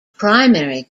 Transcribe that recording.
primary